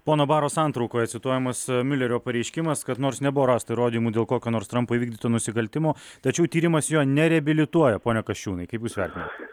pono baro santraukoje cituojamas miulerio pareiškimas kad nors nebuvo rasta įrodymų dėl kokio nors trampo įvykdyto nusikaltimo tačiau tyrimas jo nereabilituoja pone kasčiūnai kaip jūs vertinat